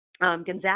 Gonzaga